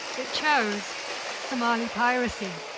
it chose somali piracy.